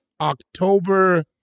october